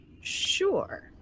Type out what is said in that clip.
sure